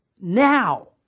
Now